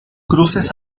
cruces